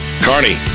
carney